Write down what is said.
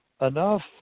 enough